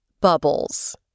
Bubbles